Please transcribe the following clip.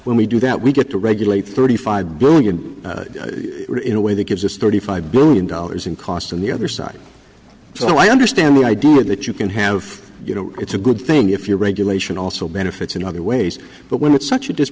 when we do that we get to regulate thirty five billion in a way that gives us thirty five billion dollars in costs on the other side so i understand the idea that you can have you know it's a good thing if you're regulation also benefits in other ways but when it's such a